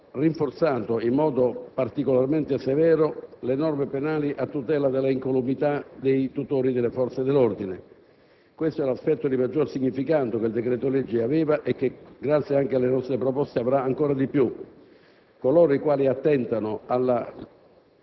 la repressione dei violenti, innanzitutto. Abbiamo infatti rinforzato, in modo particolarmente severo, le norme penali a tutela della incolumità dei tutori dell'ordine; questo è l'aspetto di maggior significato che il decreto-legge aveva e che, grazie anche alle nostre proposte, avrà ancora di più: